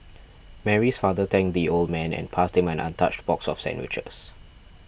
Mary's father thanked the old man and passed him an untouched box of sandwiches